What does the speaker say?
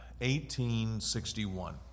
1861